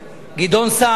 גדעון סער,